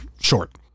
short